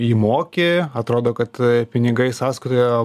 įmoki atrodo kad pinigai sąskaitoje